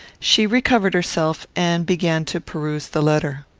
she recovered herself and began to peruse the letter.